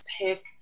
pick